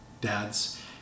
dads